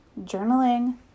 journaling